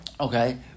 Okay